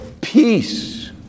peace